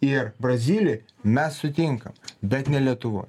ir brazilijoj mes sutinkam bet ne lietuvoj